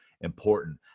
important